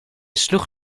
sloeg